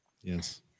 Yes